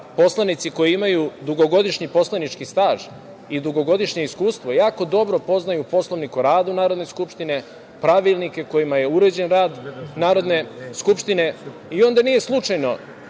poslanici koji imaju dugogodišnji poslanički staž i dugogodišnje iskustvo jako dobro poznaju Poslovnik o radu Narodne skupštine, pravilnike kojima je uređen rad Narodne skupštine. Onda nije slučajno